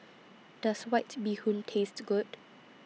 Does White Bee Hoon Taste Good